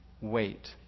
wait